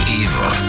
evil